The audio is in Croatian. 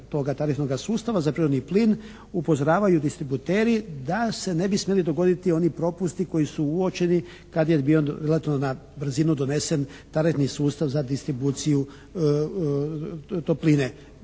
tarifnoga sustava za prirodni plin upozoravaju distributeri da se ne bi smjeli dogoditi oni propusti koji su uočeni kada je bio relativno na brzinu donesen tarifni sustav za distribuciju topline.